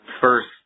first